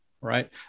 right